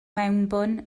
mewnbwn